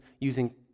using